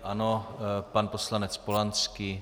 Ano, pan poslanec Polanský.